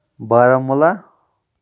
Baramulla